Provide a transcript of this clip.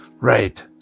Right